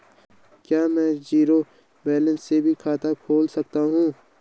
क्या में zero balance से भी खाता खोल सकता हूँ?